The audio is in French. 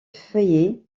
feuillets